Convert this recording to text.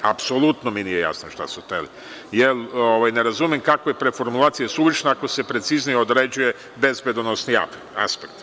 Apsolutno mi nije jasno šta su hteli, jer ne razumem kako je preformulacija suvišna ako se preciznije određuje bezbedonosni aspekt.